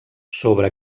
sobre